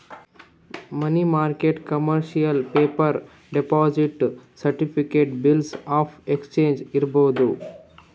ಮನಿ ಮಾರ್ಕೆಟ್ನಾಗ್ commercial paper, deposit certificate, bills of exchange ಇಡ್ಬೋದ್